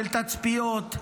של תצפיות,